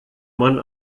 man